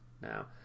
Now